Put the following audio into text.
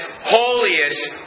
holiest